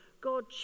God